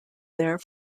there